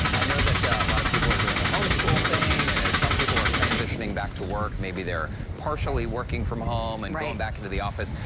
i know that a lot of people are doing the homeschool thing and ah some people are transitioning back to work, maybe they're partially working from home and going back to the office.